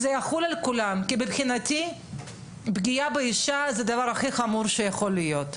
זה יחול על כולם כי מבחינתי פגיעה באישה זה הדבר הכי חמור שיכול להיות.